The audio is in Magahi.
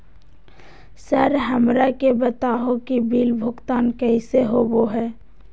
सर हमरा के बता हो कि बिल भुगतान कैसे होबो है?